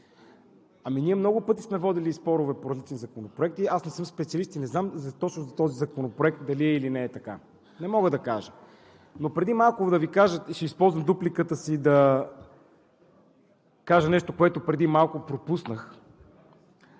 Ами ние много пъти сме водили спорове по различни законопроекти. Аз не съм специалист и не знам точно този законопроект дали или не е така, не мога да кажа. Ще използвам дупликата си да кажа нещо, което преди малко пропуснах.